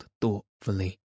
thoughtfully